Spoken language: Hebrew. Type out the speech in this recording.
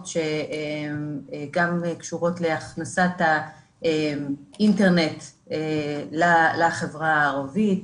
שגם קשורות להכנסת האינטרנט לחברה הערבית,